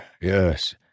yes